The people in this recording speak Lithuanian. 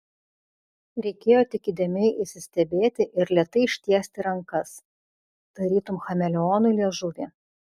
reikėjo tik įdėmiai įsistebėti ir lėtai ištiesti rankas tarytum chameleonui liežuvį